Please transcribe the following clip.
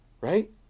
Right